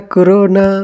Corona